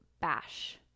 bash